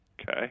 Okay